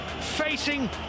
facing